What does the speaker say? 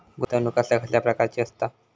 गुंतवणूक कसल्या कसल्या प्रकाराची असता?